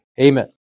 Amen